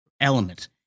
element